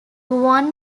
one